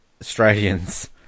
Australians